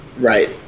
Right